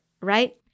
right